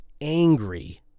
angry